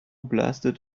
blasted